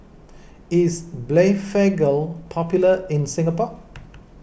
is Blephagel popular in Singapore